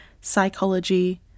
psychology